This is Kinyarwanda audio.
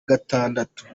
gatandatu